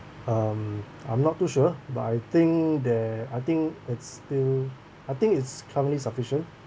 um I'm not too sure but I think there I think it's still I think it's currently sufficient